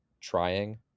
trying